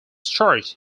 church